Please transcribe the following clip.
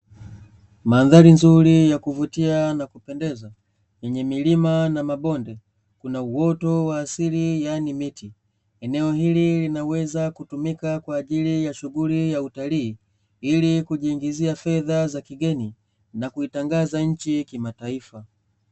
Mandhari nzuri ya kuvutia na kupendeza yenye milima na mabonde kuna uoto wa asili yaani miti, eneo hili linaweza kutumika kwaajili ya shughuli ya utalii ili kujiingizia fedha za kigeni na kutangaza nchi kimataifa.